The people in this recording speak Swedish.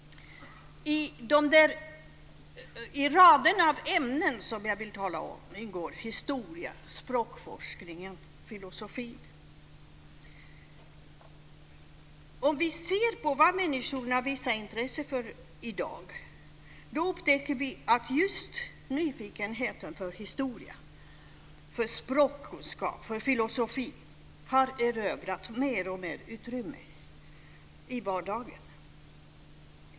I raden av ämnen som jag vill tala om ingår historia, språkforskning och filosofi. Om vi ser på vad människorna visar intresse för i dag upptäcker vi att just nyfikenheten på historia, språkkunskap och filosofi har erövrat mer och mer utrymme i vardagen.